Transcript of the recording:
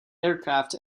aircraft